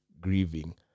grieving